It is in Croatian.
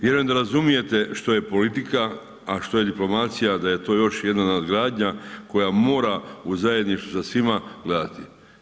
Vjerujem da razumijete šta je politika a šta je diplomacija da je to još jedna nadgradnja koja mora u zajedništvu sa svima gledati.